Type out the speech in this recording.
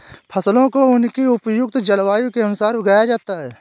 फसलों को उनकी उपयुक्त जलवायु के अनुसार उगाया जाता है